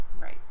Right